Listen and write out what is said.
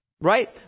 Right